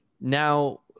Now